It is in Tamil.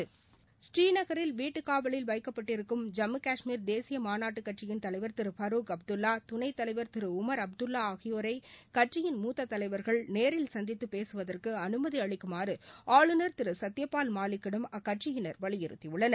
பூநீநகரில் வீட்டுக்காவலில் வைக்கப்பட்டிருக்கும் ஜம்மு காஷ்மீர் தேசிப மாநாட்டு கட்சியின் தலைவர் திரு பருக் அப்துல்லா துணை தலைவர் திரு உமர் அப்துல்லா ஆகியோரை கட்சியின் மூத்த தலைவர்கள் நேரில் சந்தித்து பேசுவதற்கு அனுமதி அளிக்குமாறு ஆளுநர் திரு சத்யபால் மாலிக்கிடம் அக்கட்சியினர் வலியுறுத்தியுள்ளனர்